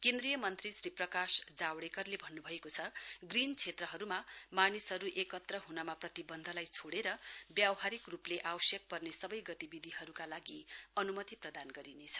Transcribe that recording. केन्द्रीय मन्त्री प्रकाश जावडेकरले भन्नु भएको छ ग्रीन क्षेत्रहरूमा मानिसहरू एकत्र हनमा प्रतिबन्धलाई छोडेर व्यवहारिक रूपले आवश्यक पर्ने सबै गतिविधिहरूका लागि अन्मति प्रदान गरिनेछ